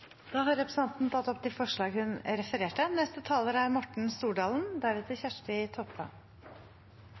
Da har representanten Hege Haukeland Liadal tatt opp de forslagene hun refererte